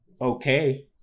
okay